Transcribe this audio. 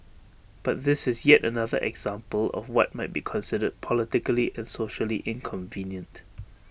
but this is yet another example of what might be considered politically and socially inconvenient